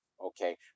Okay